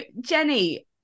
Jenny